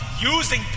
using